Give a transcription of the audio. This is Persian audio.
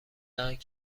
دهند